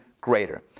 greater